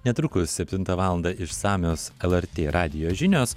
netrukus septintą valandą išsamios lrt radijo žinios